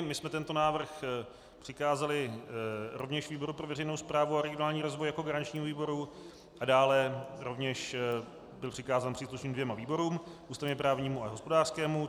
My jsme tento návrh přikázali rovněž výboru pro veřejnou správu a regionální rozvoj jako garančnímu výboru a dále rovněž byl přikázán příslušným dvěma výborům ústavněprávnímu a hospodářskému.